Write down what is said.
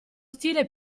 stile